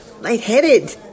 lightheaded